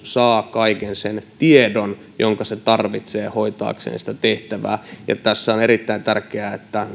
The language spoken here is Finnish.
saa kaiken sen tiedon jonka se tarvitsee hoitaakseen tehtäväänsä tässä on erittäin tärkeää